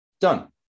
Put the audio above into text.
Done